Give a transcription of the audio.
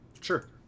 Sure